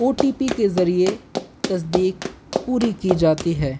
او T P کے ذریعے تصدق پوری کی جاتی ہے